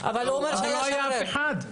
אבל לא היה שם אף אחד.